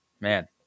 man